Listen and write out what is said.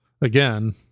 again